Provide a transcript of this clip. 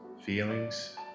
feelings